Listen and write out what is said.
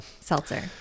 Seltzer